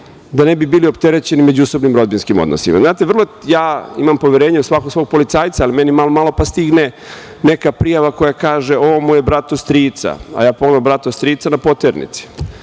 da ne bi bili opterećeni međusobnim rodbinskim odnosima. Znate, ja imam poverenje u svakog svog policajca, ali meni malo, malo pa stigne neka prijava koja kaže ovo je moj brat od strica, a ja pogledam brat od strica na poternici,